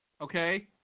okay